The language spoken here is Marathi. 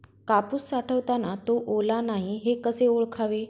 कापूस साठवताना तो ओला नाही हे कसे ओळखावे?